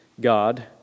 God